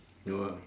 you will